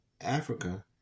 Africa